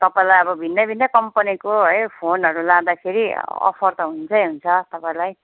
तपाईँलाई अब भिन्न भिन्नै कम्पनीको है फोनहरू लाँदाखेरि अफर त हुन्छै हुन्छ तपाईँलाई